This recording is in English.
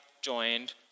joined